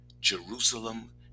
Jerusalem